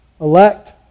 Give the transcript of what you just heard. elect